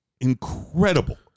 incredible